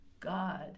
God